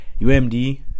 UMD